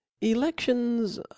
elections